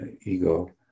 ego